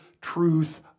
truth